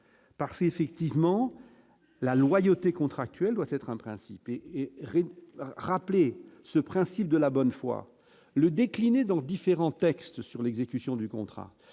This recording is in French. parce qu'effectivement la loyauté contractuelle doit être un principe et et re-rappelé ce principe de la bonne foi, le décliner dans différents textes sur l'exécution du contrat